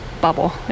bubble